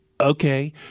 Okay